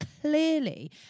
clearly